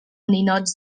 ninots